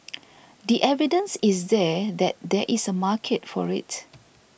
the evidence is there that there is a market for it